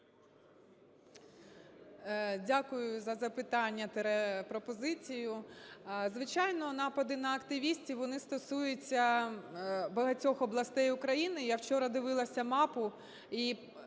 Дякую за запитання-пропозицію. Звичайно, напади на активістів, вони стосуються багатьох областей України. Я вчора дивилася мапу,